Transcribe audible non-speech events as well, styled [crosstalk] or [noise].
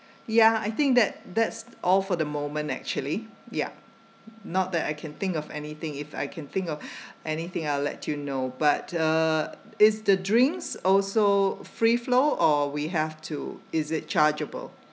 ya I think that that's all for the moment actually ya not that I can think of anything if I can think of [breath] anything I'll let you know but uh is the drinks also free flow or we have to is it chargeable